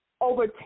over